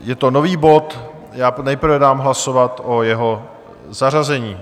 Je to nový bod, já nejprve dám hlasovat o jeho zařazení.